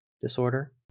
disorder